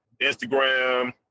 Instagram